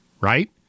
right